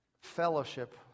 fellowship